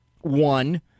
One